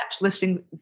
listing